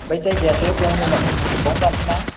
ओमफ्राय जायगायासो बेवनोमोन बेयावनो लानोसै ना